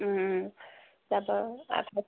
যাব লাগিব